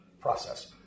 process